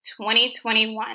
2021